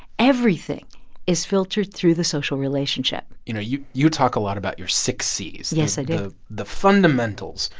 everything is filtered through the social relationship you know, you you talk a lot about your six c's yes, i do the fundamentals,